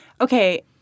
Okay